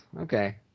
okay